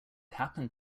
happened